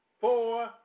four